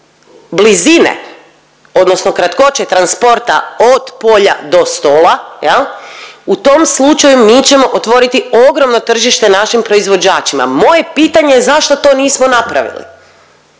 blizine, odnosno kratkoće transporta od polja do stola, jel' u tom slučaju mi ćemo otvoriti ogromno tržište našim proizvođačima. Moje je pitanje zašto to nismo napravili?